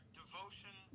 devotion